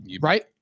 right